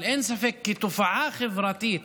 אבל אין ספק שכתופעה חברתית,